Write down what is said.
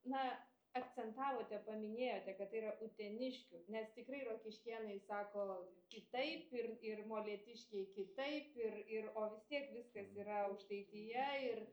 na akcentavote paminėjote kad tai yra uteniškių nes tikrai rokiškėnai sako kitaip ir ir molėtiškiai kitaip ir ir o vis tiek viskas yra aukštaitija ir